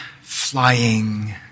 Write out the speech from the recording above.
flying